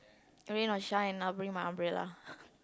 rain or shine I'll bring my umbrella